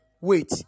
wait